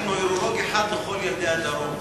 רק נוירולוג אחד לכל ילדי הדרום.